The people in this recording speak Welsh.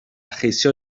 cheisio